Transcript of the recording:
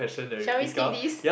shall we skip this